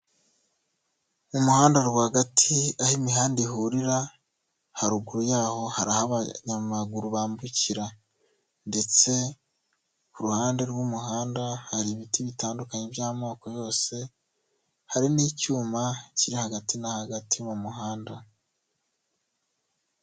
Mu muhanda rwagati aho imihanda ihurira, haruguru y'aho hari aho abanyamaguru bambukira ndetse ku ruhande rw'umuhanda hari ibiti bitandukanye by'amoko yose, hari n'icyuma kiri hagati na hagati mu muhanda.